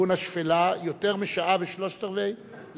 לכיוון השפלה יותר משעה ושלושה-רבעים